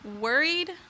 Worried